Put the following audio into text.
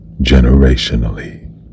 generationally